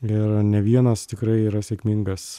ir ne vienas tikrai yra sėkmingas